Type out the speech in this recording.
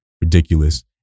ridiculous